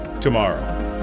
tomorrow